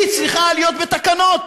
היא צריכה להיות בתקנות,